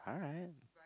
alright